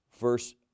verse